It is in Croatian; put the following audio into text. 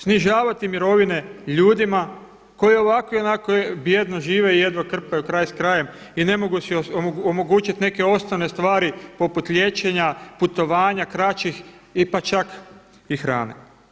Snižavati mirovine ljudima koji ovako i onako bjedno žive i jedva krpaju kraj s krajem i ne mogu si omogućiti neke osnovne stvari poput liječenja, putovanja, kraćih i pa čak i hrane.